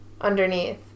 Underneath